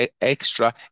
extra